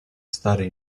stare